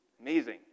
amazing